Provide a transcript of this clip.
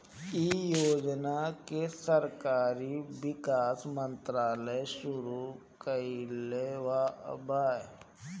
इ योजना के शहरी विकास मंत्रालय शुरू कईले बा